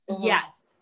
yes